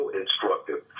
instructive